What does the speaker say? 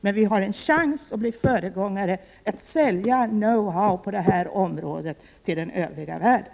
Men vi har en chans att bli föregångare, att sälja know-how på detta område till den övriga världen.